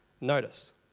notice